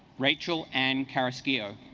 rachel and karis kiev